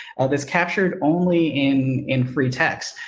this captured only in in free text,